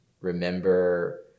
Remember